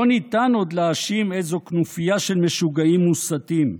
לא ניתן עוד להאשים איזו כנופיה של משוגעים מוסתים.